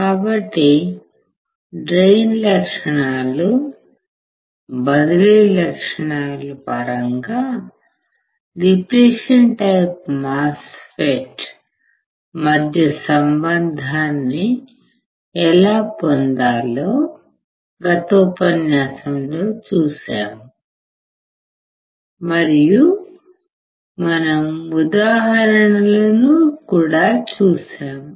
కాబట్టి డ్రైన్ లక్షణాలు బదిలీ లక్షణాల పరంగా డిప్లిషన్ టైపు మాస్ ఫెట్ మధ్య సంబంధాన్ని ఎలా పొందాలో గత ఉపన్యాసంలో చూశాము మరియు మనం ఉదాహరణలను కూడా చూశాము